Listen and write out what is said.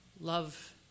Love